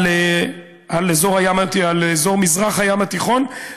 על אזור מזרח הים התיכון,